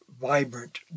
vibrant